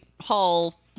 hall